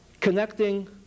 connecting